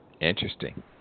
Interesting